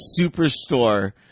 Superstore